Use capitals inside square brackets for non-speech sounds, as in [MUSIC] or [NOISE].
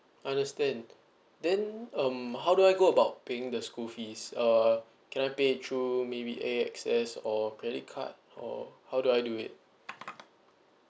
understand [BREATH] then um how do I go about paying the school fees uh can I pay through maybe A_X_S or credit card or how do I do it